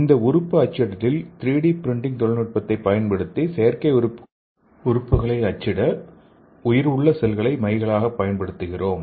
இந்த உறுப்பு அச்சிடலில் 3 டி பிரிண்டிங் தொழில்நுட்பத்தைப் பயன்படுத்தி செயற்கை உறுப்புகளை அச்சிட உயிர் உள்ள செல்களை மைகளாகப் பயன்படுத்துகிறோம்